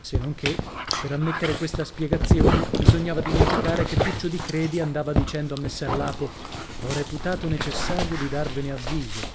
se non che per ammettere questa spiegazione bisognava dimenticare che tuccio di credi andava dicendo a messer lapo ho reputato necessario di darvene avviso